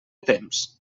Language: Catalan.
temps